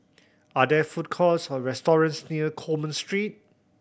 are there food courts or restaurants near Coleman Street